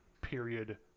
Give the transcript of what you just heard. period